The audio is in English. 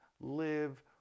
live